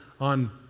on